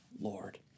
Lord